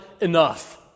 enough